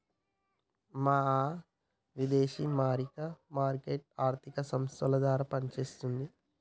మరి ఆ విదేశీ మారక మార్కెట్ ఆర్థిక సంస్థల ద్వారా పనిచేస్తుంది